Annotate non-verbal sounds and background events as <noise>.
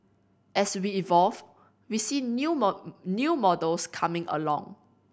as we evolve we see new <unintelligible> new models coming along